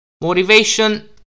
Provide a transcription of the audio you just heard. motivation